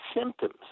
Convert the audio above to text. symptoms